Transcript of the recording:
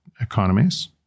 economies